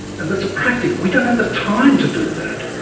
and there's a practical, we don't have the time to do that.